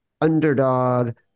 underdog